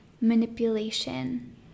manipulation